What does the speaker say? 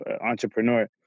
entrepreneur